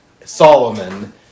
Solomon